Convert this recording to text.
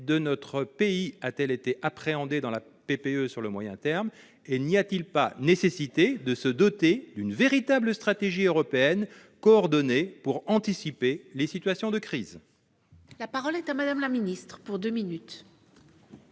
de notre pays a-t-elle été appréhendée dans la PPE sur le moyen terme ? N'y a-t-il pas nécessité de se doter d'une véritable stratégie européenne coordonnée pour anticiper les situations de crise ? La parole est à Mme la ministre. Le début